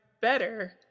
better